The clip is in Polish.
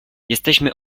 jesteśmy